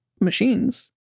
machines